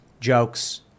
jokes